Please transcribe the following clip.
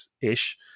ish